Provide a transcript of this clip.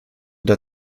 der